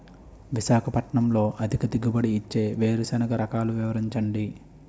విశాఖపట్నంలో అధిక దిగుబడి ఇచ్చే వేరుసెనగ రకాలు వివరించండి?